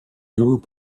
group